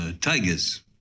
Tigers